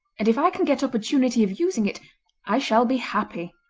and if i can get opportunity of using it i shall be happy